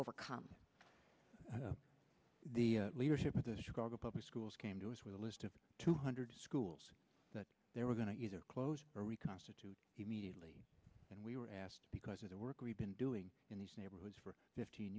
overcome the leadership of the chicago public schools came to us with a list of two hundred schools that they were going to use or close to reconstitute immediately and we were asked because of the work we've been doing in these neighborhoods for fifteen